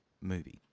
movie